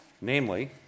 Namely